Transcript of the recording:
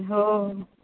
हो